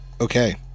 Okay